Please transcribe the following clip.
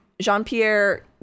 Jean-Pierre